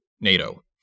NATO